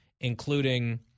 including